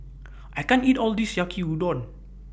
I can't eat All of This Yaki Udon